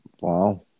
Wow